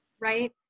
Right